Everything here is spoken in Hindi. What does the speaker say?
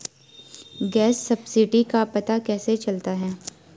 गैस सब्सिडी का पता कैसे चलता है?